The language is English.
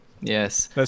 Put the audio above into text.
yes